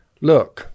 look